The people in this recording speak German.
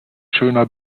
schöner